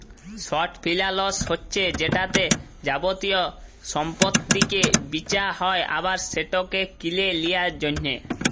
short ফিলালস হছে যেটতে যাবতীয় সম্পত্তিকে বিঁচা হ্যয় আবার সেটকে কিলে লিঁয়ার জ্যনহে